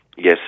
Yes